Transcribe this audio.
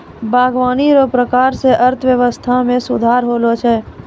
बागवानी रो प्रकार से अर्थव्यबस्था मे सुधार होलो छै